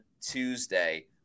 Tuesday